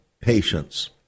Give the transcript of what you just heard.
Patience